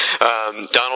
Donald